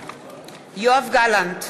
יואב גלנט,